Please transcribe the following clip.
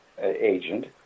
agent